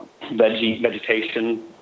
Vegetation